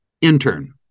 intern